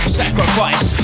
sacrifice